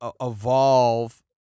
evolve